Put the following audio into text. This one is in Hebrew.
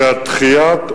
שהדחייה,